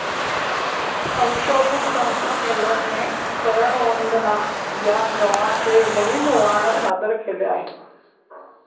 संशोधन संस्था केंद्राने करण वंदना या गव्हाचे नवीन वाण सादर केले आहे